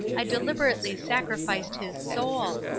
i deliberately sacrificed his soul!